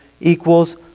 equals